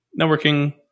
networking